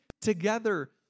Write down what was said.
together